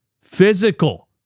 Physical